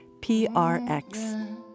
PRX